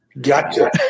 Gotcha